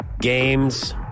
games